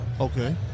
Okay